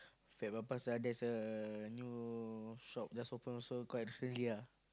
Fat-Papas there's a new shop just open so quite recently ah